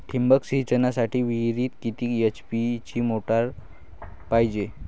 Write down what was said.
ठिबक सिंचनासाठी विहिरीत किती एच.पी ची मोटार पायजे?